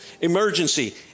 Emergency